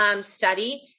study